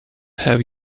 have